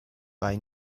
bei